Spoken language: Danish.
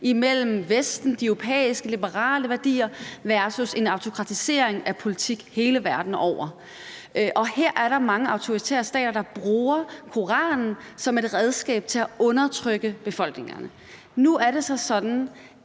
mellem Vesten, de europæiske, liberale værdier, og en autokratisering af politik hele verden over. Her er der mange autoritære stater, der bruger Koranen som et redskab til at undertrykke befolkningerne. Nu er det så sådan,